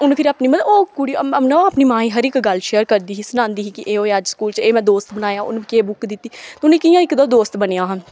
उ'नें फिर अपनी ना ओह् कुड़ी अपनी मां गी हर इक गल्ल शेयर करदी ही सनांदी ही कि एह् होएआ अज्ज स्कूल च एह् में दोस्त बनाया उ'नें मिगी एह् बुक दित्ती मतलब इ'यां गै इक ओह्दा दोस्त बनेआ हा